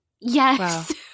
Yes